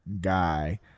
guy